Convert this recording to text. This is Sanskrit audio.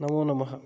नमो नमः